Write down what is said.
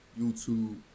YouTube